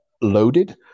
loaded